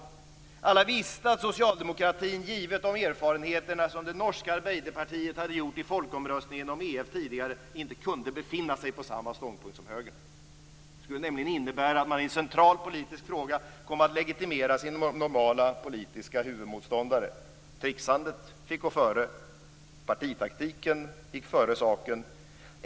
Alla visste att Socialdemokraterna givet de erfarenheter som det norska Arbeiderpartiet hade gjort i folkomröstningen om EF tidigare inte kunde befinna sig på samma ståndpunkt som Högern. Det skulle nämligen innebära att man i en central politisk fråga kom att legitimera sin normala politiska huvudmotståndare. Tricksandet fick gå före. Partitaktiken gick före saken.